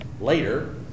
later